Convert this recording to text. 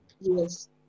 Yes